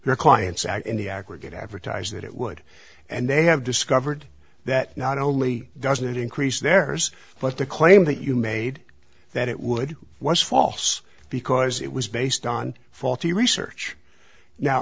your clients in the aggregate advertise that it would and they have discovered that not only does it increase theirs but the claim that you made that it would was false because it was based on faulty research now